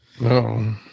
No